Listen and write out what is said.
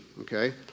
okay